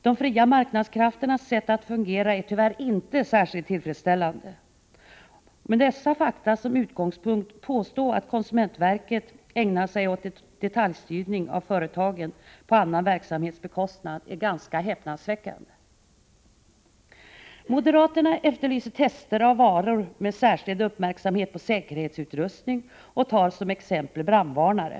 De fria marknadskrafternas sätt att fungera är tyvärr inte särskilt tillfredsställande. Att med dessa fakta som utgångspunkt påstå att konsumentverket ägnar sig åt detaljstyrning av företagen på annan verksamhets bekostnad är ganska häpnadsväckande. Moderaterna efterlyser tester av varor, varvid särskild uppmärksamhet skall fästas vid säkerhetsutrustning. Man anför som exempel brandvarnare.